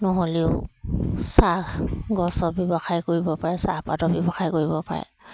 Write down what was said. নহ'লেও চাহ গছৰ ব্যৱসায় কৰিব পাৰে চাহপাতৰ ব্যৱসায় কৰিব পাৰে